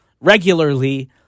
regularly